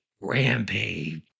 rampage